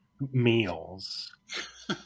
meals